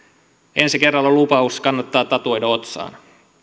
ensi kerralla lupaus kannattaa tatuoida otsaan